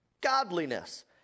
godliness